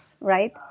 right